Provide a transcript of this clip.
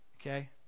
Okay